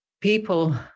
people